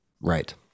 Right